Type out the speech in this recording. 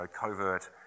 covert